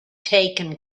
taken